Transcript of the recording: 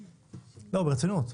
לא, ברצינות.